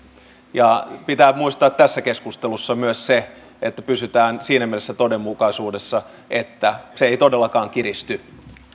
ja pitää muistaa tässä keskustelussa myös se että pysytään siinä mielessä todenmukaisuudessa että se ei todellakaan kiristy